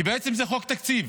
כי בעצם זה חוק תקציב.